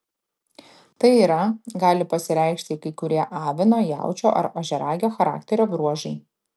tai yra gali pasireikšti kai kurie avino jaučio ar ožiaragio charakterio bruožai